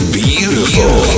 beautiful